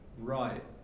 Right